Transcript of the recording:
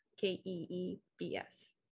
k-e-e-b-s